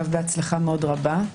אגב בהצלחה מאוד רבה.